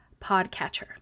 podcatcher